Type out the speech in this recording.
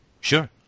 Sure